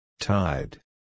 Tide